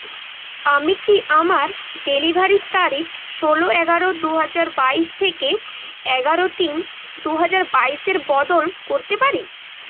আমি কি আমার ডেলিভারির তারিখ ষোলো এগারো দু হাজার বাইশ থেকে এগারো তিন দু হাজার বাইশে বদল করতে পারি